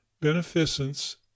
beneficence